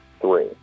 three